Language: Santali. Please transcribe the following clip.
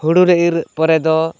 ᱦᱩᱲᱩᱞᱮ ᱤᱨ ᱯᱚᱨᱮᱫᱚ